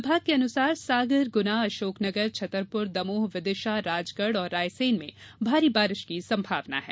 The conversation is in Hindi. विभाग के अनुसार सागर गुना अशोकनगर छतरपुर दमोह विदिशा राजगढ़ और रायसेन में भारी बारिश की संभावना है